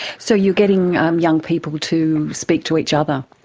so you're getting um young people to speak to each other.